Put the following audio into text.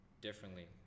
differently